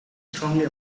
strongly